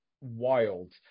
wild